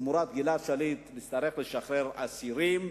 גלעד שליט נצטרך לשחרר אסירים.